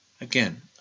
Again